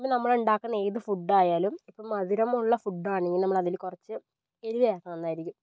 ഇന്ന് നമ്മളുണ്ടാക്കുന്ന ഏത് ഫുഡ് ആയാലും ഇപ്പോൾ മധുരമുള്ള ഫുഡ് ആണെങ്കിൽ നമ്മൾ അതിൽ കുറച്ച് എരിവ് ചേർത്താൽ നന്നായിരിക്കും